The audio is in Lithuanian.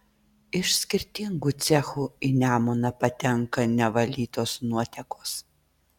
iš skirtingų cechų į nemuną patenka nevalytos nuotekos